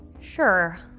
Sure